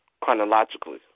Chronologically